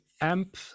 amp